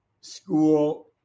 school